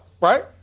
right